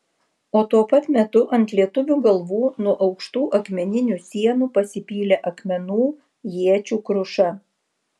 o tuo pat metu ant lietuvių galvų nuo aukštų akmeninių sienų pasipylė akmenų iečių kruša